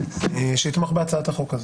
שיתמוך בהצעת החוק הזו.